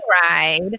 ride